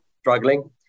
Struggling